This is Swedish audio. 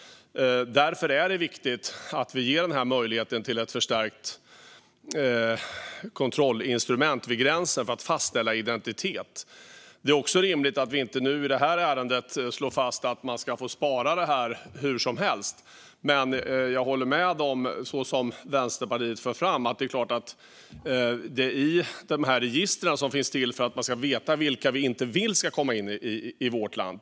Därför är det viktigt att vi ger denna möjlighet till ett förstärkt kontrollinstrument vid gränsen för att fastställa identitet. Det är också rimligt att vi inte nu, i det här ärendet, slår fast att man ska få spara detta hur som helst. Jag håller med om det som Vänsterpartiet för fram: Dessa register finns till för att vi ska veta vilka vi inte vill ska komma in i vårt land.